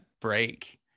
break